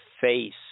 face